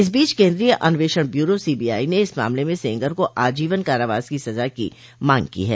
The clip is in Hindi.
इस बीच केन्द्रीय अन्वेमषण ब्यूरो सीबीआई ने इस मामले में सेंगर को आजीवन कारावास की सजा की मांग की है